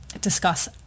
discuss